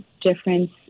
difference